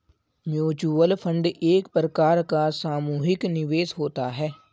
mutual fund एक प्रकार का सामुहिक निवेश होता है